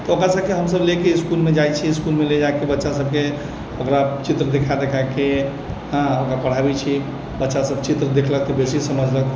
तऽ ओ पैसाके हमसभ लेके इसकुलमे जाइत छी इसकुलमे ले जाके बच्चा सभकेँ ओकरा चित्र दिखा दिखाके ओकरा पढ़ाबैत छी बच्चा सभ चित्र देखलक तऽ बेसी समझलक